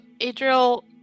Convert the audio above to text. Adriel